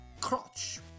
crotch